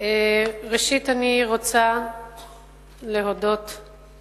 ראשית אני רוצה להודות ליושב-ראש,